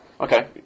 Okay